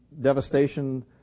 devastation